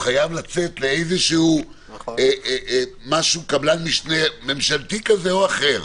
חייב לצאת לקבלן משנה ממשלתי כזה או אחר,